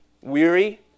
weary